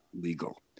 legal